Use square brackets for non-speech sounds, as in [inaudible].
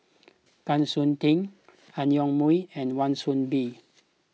[noise] Kwa Siew Tee Ang Yoke Mooi and Wan Soon Bee